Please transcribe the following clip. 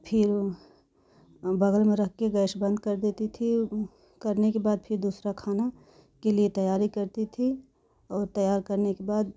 फिर बगल में रख के गैस बंद कर देती थी करने के बाद फिर दूसरा खाना के लिए तैयारी करती थी और तैयार करने के बाद